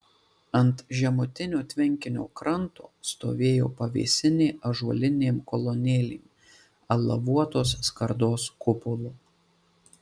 ant žemutinio tvenkinio kranto stovėjo pavėsinė ąžuolinėm kolonėlėm alavuotos skardos kupolu